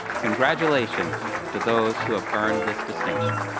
congratulations to those who have earned this distinction.